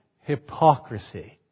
hypocrisy